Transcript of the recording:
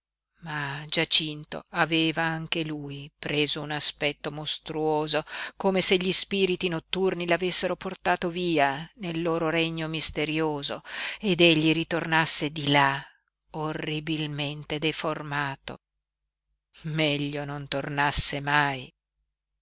ma giacinto aveva anche lui preso un aspetto mostruoso come se gli spiriti notturni l'avessero portato via nel loro regno misterioso ed egli ritornasse di là orribilmente deformato meglio non tornasse mai